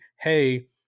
Hey